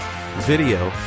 video, (